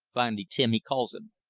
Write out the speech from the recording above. finally tim, he calls him.